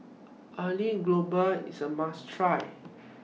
Aloo Gobi IS A must Try